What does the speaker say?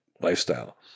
lifestyle